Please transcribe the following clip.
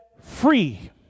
free